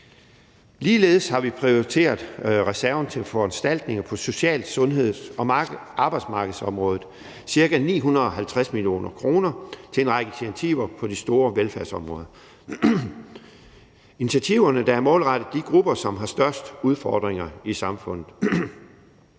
Ligeledes har vi prioriteret reserven til foranstaltninger på social-, sundheds- og arbejdsmarkedsområdet – ca. 950 mio. kr. til en række initiativer på de store velfærdsområder. Initiativerne er målrettet de grupper, som har størst udfordringer i samfundet.